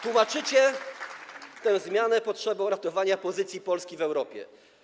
Tłumaczycie tę zmianę potrzebą ratowania pozycji Polski w Europie.